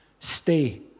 Stay